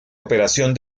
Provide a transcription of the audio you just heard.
operación